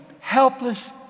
helpless